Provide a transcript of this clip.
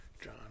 John